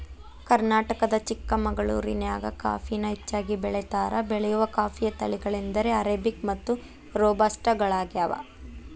ಕರ್ನಾಟಕದ ಚಿಕ್ಕಮಗಳೂರಿನ್ಯಾಗ ಕಾಫಿನ ಹೆಚ್ಚಾಗಿ ಬೆಳೇತಾರ, ಬೆಳೆಯುವ ಕಾಫಿಯ ತಳಿಗಳೆಂದರೆ ಅರೇಬಿಕ್ ಮತ್ತು ರೋಬಸ್ಟ ಗಳಗ್ಯಾವ